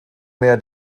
mehr